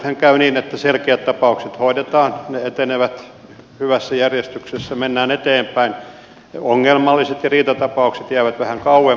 nythän käy niin että selkeät tapaukset hoidetaan ne etenevät hyvässä järjestyksessä mennään eteenpäin ongelmalliset ja riitatapaukset jäävät vähän kauemmaksi